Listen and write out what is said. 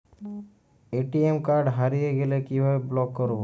ATM card হারিয়ে গেলে কিভাবে ব্লক করবো?